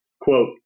Quote